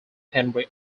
henry